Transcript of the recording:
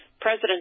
President